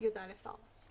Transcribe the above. (יא)(4);